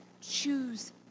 choose